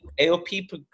AOP